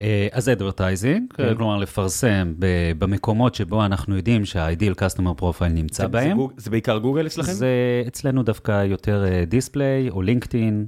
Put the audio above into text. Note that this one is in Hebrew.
אז זה Advertising, זה כלומר לפרסם במקומות שבו אנחנו יודעים שה-ideal customer profile נמצא בהם. זה בעיקר גוגל אצלכם? זה אצלנו דווקא יותר Display או LinkedIn.